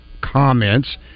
comments